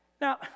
Now